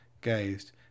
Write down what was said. gazed